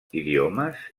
idiomes